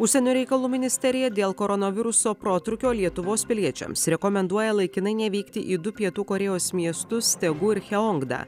užsienio reikalų ministerija dėl koronaviruso protrūkio lietuvos piliečiams rekomenduoja laikinai nevykti į du pietų korėjos miestus tegų ir cheongdą